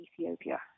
Ethiopia